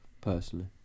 Personally